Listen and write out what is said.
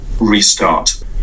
restart